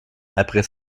après